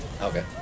Okay